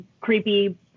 creepy